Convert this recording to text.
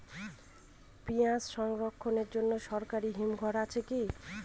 পিয়াজ সংরক্ষণের জন্য সরকারি হিমঘর আছে কি?